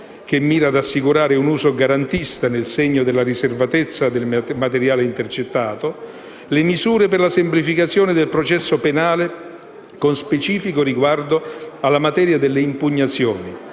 che mira ad assicurare un uso garantista nel segno della riservatezza del materiale intercettato; le misure per la semplificazione del processo penale, con specifico riguardo alla materia delle impugnazioni;